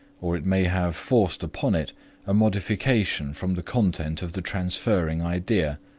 or it may have forced upon it a modification from the content of the transferring idea.